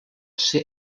ser